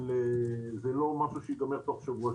אבל זה לא משהו שייגמר תוך שבוע,